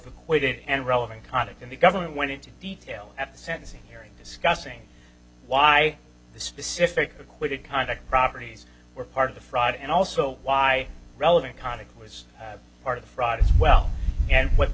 acquainted and relevant conduct in the government went into detail at sentencing hearing discussing why the specific acquitted conduct properties were part of the fraud and also why relevant conduct was part of the fraud as well and what the